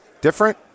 Different